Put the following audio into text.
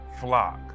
flock